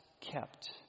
kept